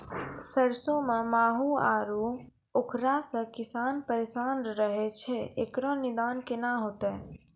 सरसों मे माहू आरु उखरा से किसान परेशान रहैय छैय, इकरो निदान केना होते?